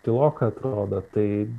tyloka atrodo tai